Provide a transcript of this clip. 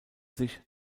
sich